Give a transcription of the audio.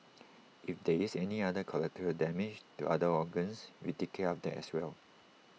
if there is any other collateral damage to other organs we take care of that as well